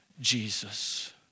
Jesus